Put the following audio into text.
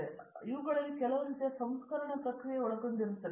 ಆದ್ದರಿಂದ ಇವುಗಳಲ್ಲಿ ಕೆಲವು ರೀತಿಯ ಸಂಸ್ಕರಣ ಪ್ರಕ್ರಿಯೆ ಒಳಗೊಂಡಿರುತ್ತದೆ